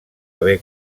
haver